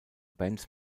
bands